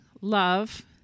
love